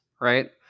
right